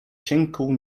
cienką